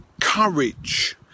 courage